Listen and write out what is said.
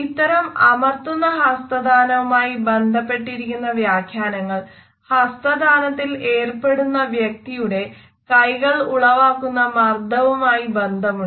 ഇത്തരം അമർത്തുന്ന ഹസ്തദാനവുമായി ബന്ധപ്പെട്ടിരിക്കുന്ന വ്യാഖ്യാനങ്ങൾ ഹസ്തദാനത്തിൽ ഏർപ്പെടുന്ന വ്യക്തിയുടെ കൈകൾ ഉളവാക്കുന്ന മർദ്ദവുമായി ബന്ധമുണ്ട്